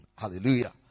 Hallelujah